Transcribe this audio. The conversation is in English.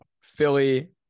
Philly